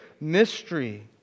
mystery